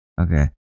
Okay